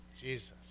Jesus